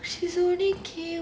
she's only K